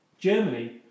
Germany